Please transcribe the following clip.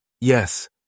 Yes